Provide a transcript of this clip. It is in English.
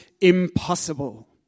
impossible